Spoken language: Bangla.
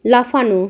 লাফানো